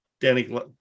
danny